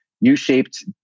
U-shaped